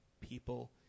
people